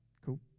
Cool